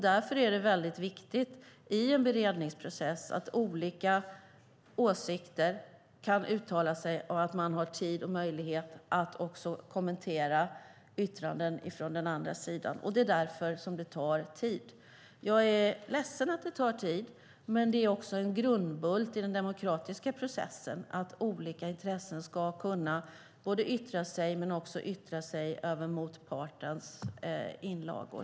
Därför är det väldigt viktigt i en beredningsprocess att olika åsikter kan föras fram och att det också finns tid och möjlighet att kommentera yttranden från den andra sidan. Det är därför som det tar tid. Jag är ledsen att det tar tid. Men det är också en grundbult i den demokratiska processen att olika intressen ska kunna både yttra sig själva men också yttra sig över motpartens inlagor.